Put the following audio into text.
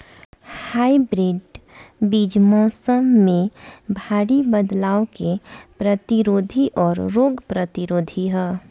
hybrid बीज मौसम में भारी बदलाव के प्रतिरोधी और रोग प्रतिरोधी ह